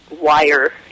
wire